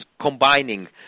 combining